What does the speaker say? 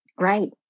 Right